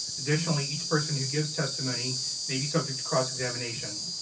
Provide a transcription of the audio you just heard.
additionally, each person who gives testimony may be subject to cross-examination.